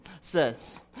says